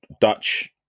Dutch